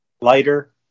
lighter